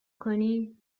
کنی